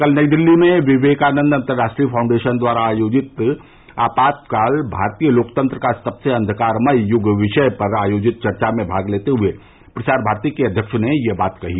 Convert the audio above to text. कल नई दिल्ली में विवेकानंद अंतरराष्ट्रीय फाउंडेसन द्वारा आयोजित आपातकाल भारतीय लोकतंत्र का सबसे अंधकारमय युगविषय पर आयोजित चर्चा में भाग लेते हुए प्रसार भारती के अध्यक्ष ने यह बात कही